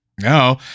no